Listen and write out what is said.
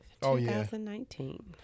2019